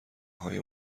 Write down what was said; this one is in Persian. های